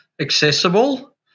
accessible